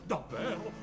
Davvero